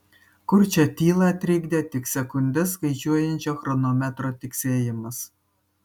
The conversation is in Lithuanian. kurčią tylą trikdė tik sekundes skaičiuojančio chronometro tiksėjimas